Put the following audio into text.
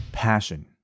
passion